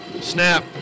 Snap